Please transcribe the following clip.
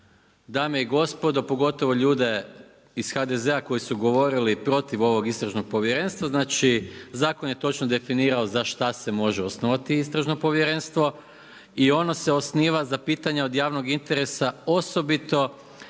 dame i gospodo pogotovo ljude iz HDZ-a koji su govorili protiv ovog istražnog povjerenstva, znači zakon je točno definirao za šta se može osnovati istražno povjerenstvo i ono se osniva za pitanja od javnog interesa osobito